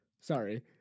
Sorry